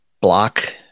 block